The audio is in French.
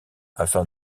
afin